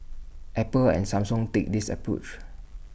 Apple and Samsung take this approach